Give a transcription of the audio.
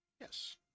Yes